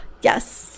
yes